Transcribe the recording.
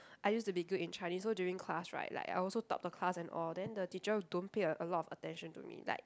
I used to be good in Chinese so during class right like I also top the class and all then the teacher don't pay a a lot of attention to me like